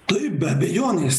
taip be abejonės